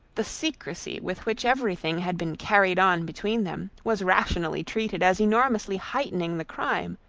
the secrecy with which everything had been carried on between them, was rationally treated as enormously heightening the crime,